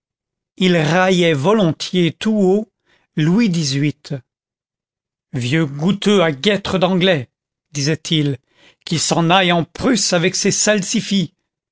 il raillait volontiers tout haut louis xviii vieux goutteux à guêtres d'anglais disait-il qu'il s'en aille en prusse avec son salsifis